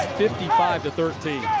fifty five thirteen.